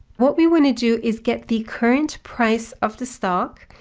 what we want to do is get the current price of the stock.